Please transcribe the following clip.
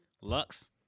Lux